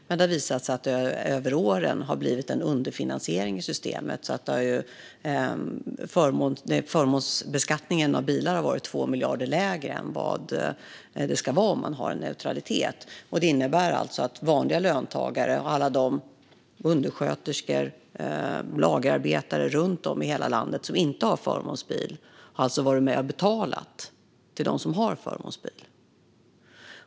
Dock har det visat sig att det över åren har blivit en underfinansiering i systemet så att förmånsbeskattningen av bilar har varit 2 miljarder lägre än vad den skulle vara om man hade neutralitet. Det innebär alltså att vanliga löntagare som inte har förmånsbil - undersköterskor och lagerarbetare runt om i hela landet - har varit med och betalat till dem som har förmånsbil.